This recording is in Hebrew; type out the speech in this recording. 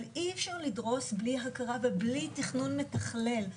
אבל אי אפשר לדרוס בלי הכרה ובלי תכנון מתכלל.